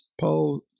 Paul